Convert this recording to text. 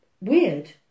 weird